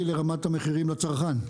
סעיף קטן 1 רמת המחירים בשוק בענף עלולה להביא,